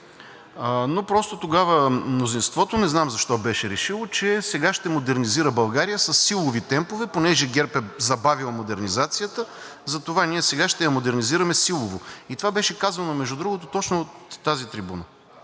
но просто тогава мнозинството не знам защо беше решило, че сега ще модернизира България със силови темпове. Понеже ГЕРБ е забавил модернизацията, затова ние сега ще я модернизираме силово. И това беше казано, между другото, точно от тази трибуна,